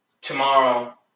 tomorrow